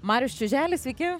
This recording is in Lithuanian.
marius čiuželis sveiki